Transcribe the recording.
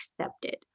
accepted